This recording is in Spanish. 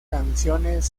canciones